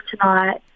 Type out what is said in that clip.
tonight